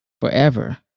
forever